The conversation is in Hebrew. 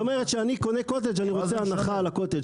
זאת אומרת כשאני קונה קוטג' אני רוצה הנחה על הקוטג',